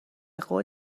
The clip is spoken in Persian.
قول